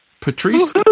Patrice